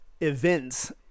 events